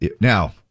Now